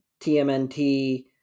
TMNT